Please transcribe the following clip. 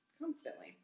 Constantly